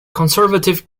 conservative